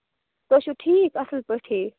تُہۍ چھُو ٹھیٖک اَصٕل پٲٹھی